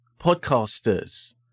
podcasters